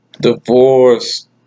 divorce